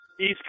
East